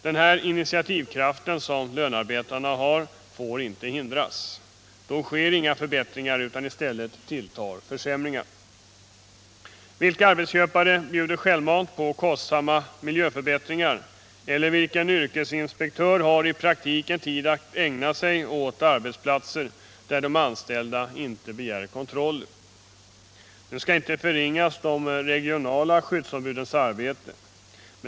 Denna initiativkraft, som lönearbetarna har, får inte hindras; då sker inga förbättringar, utan i stället tilltar försämringarna. Vilka arbetsköpare bjuder självmant på kostsamma miljöförbättringar, eller vilken yrkesinspektör har i praktiken tid att ägna sig åt arbetsplatser där de anställda inte begär kontroller? Nu skall de regionala skyddsombudens arbete inte förringas.